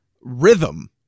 rhythm